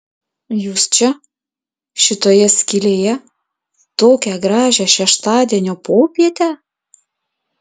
jūs čia šitoje skylėje tokią gražią šeštadienio popietę